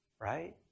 right